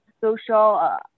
social